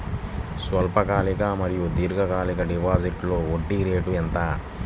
స్వల్పకాలిక మరియు దీర్ఘకాలిక డిపోజిట్స్లో వడ్డీ రేటు ఎంత?